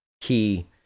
key